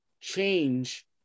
change